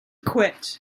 quit